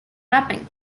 rapping